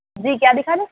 جی کیا دکھا دیں